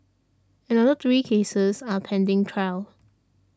another three cases are pending trial